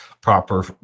proper